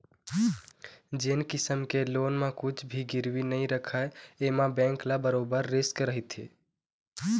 जेन किसम के लोन म कुछ भी गिरवी नइ राखय एमा बेंक ल बरोबर रिस्क रहिथे